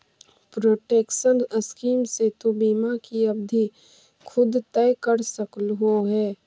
protection scheme से तु बीमा की अवधि खुद तय कर सकलू हे